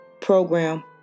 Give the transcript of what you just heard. program